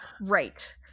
Right